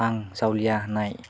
आं जावलिया होन्नाय